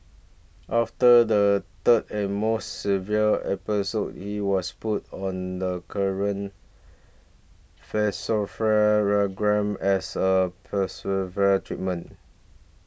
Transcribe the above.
after the third and most severe episode he was put on the current as a treatment